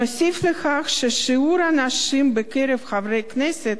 נוסיף לכך ששיעור הנשים בקרב חברי הכנסת,